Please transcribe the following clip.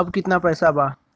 अब कितना पैसा बा?